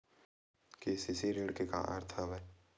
KCC ऋण के का अर्थ हवय?